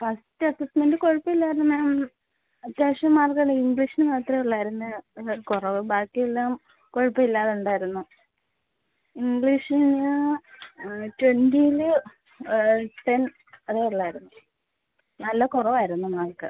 first assessment കുഴപ്പമില്ലായിരുന്നു ma'am അത്യാവശ്യം mark എല്ലാം ഇംഗ്ലീഷിന് മാത്രമേ ഉള്ളായിരുന്നു ഇത് കുറവ് ബാക്കി എല്ലാം കുഴപ്പമില്ലാതെ ഉണ്ടായിരുന്നു ഇംഗ്ലീഷിന് ട്വൻറിയിൽ ടെൻ അതേ ഉള്ളായിരുന്നു നല്ല കുറവായിരുന്നു മാർക്ക്